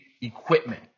equipment